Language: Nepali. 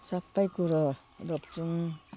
सबै कुरो रोप्छौँ